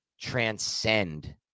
transcend